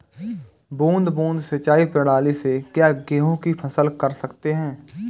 बूंद बूंद सिंचाई प्रणाली से क्या गेहूँ की फसल कर सकते हैं?